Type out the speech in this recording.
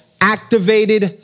activated